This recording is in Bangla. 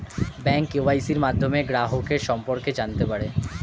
ব্যাঙ্ক কেওয়াইসির মাধ্যমে গ্রাহকের সম্পর্কে জানতে পারে